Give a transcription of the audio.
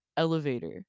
elevator